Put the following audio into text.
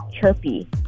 Chirpy